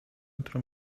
którą